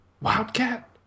Wildcat